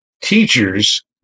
teachers